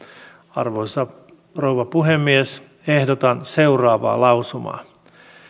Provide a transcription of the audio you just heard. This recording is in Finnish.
arvoisa rouva puhemies ehdotan seuraavaa lausumaa